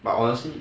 but honestly